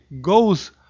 goes